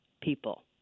people